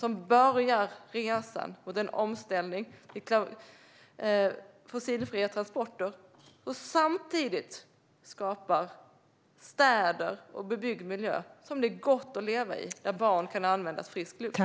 Vi börjar resan mot en omställning till fossilfria transporter och skapar samtidigt städer och bebyggd miljö som det är gott att leva i och där barn kan andas frisk luft.